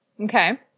Okay